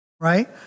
right